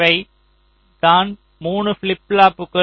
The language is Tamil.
இவை தான் 3 ஃபிளிப் ஃப்ளாப்புகள்